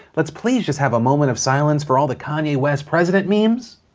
let's please just have a moment of silence for all the kanye west president memes.